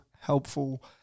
helpful